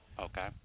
Okay